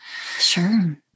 sure